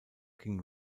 ging